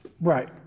Right